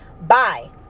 Bye